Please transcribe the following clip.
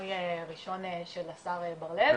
מינוי ראשון של השר בר-לב,